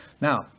Now